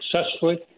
successfully